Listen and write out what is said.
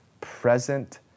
present